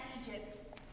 Egypt